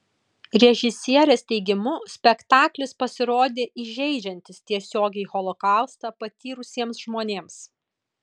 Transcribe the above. režisierės teigimu spektaklis pasirodė įžeidžiantis tiesiogiai holokaustą patyrusiems žmonėms